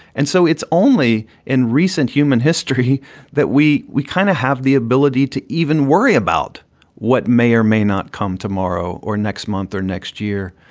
and so it's only in recent human history that we we kind of have the ability to even worry about what may or may not come tomorrow or next month or next year.